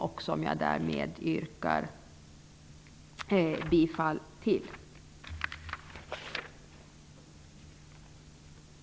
Jag yrkar härmed bifall till den.